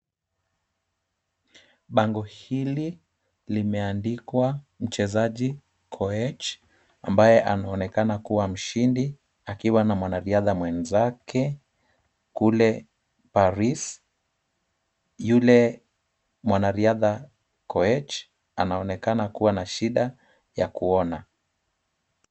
Bango hili limeandikwa mchezaji Koech ambaye anaonekana kuwa mshindi akiwa na mwanariadha mwenzake kule Paris. Yule mwanariadha Koech anaonekana kuwa na shida ya kuona.